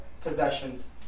possessions